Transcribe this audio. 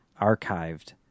archived